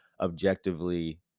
objectively